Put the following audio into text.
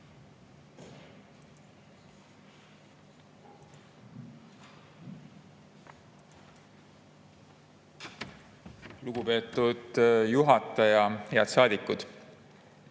Lugupeetud juhataja! Head saadikud!